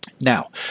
Now